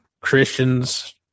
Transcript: Christians